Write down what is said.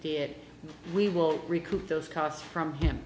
it we will recoup those costs from him